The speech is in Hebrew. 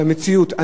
אבל המציאות,